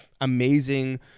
amazing